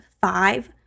five